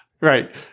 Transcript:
Right